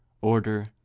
order